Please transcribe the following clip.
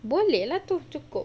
boleh lah tu cukup